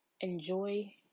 enjoy